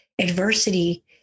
adversity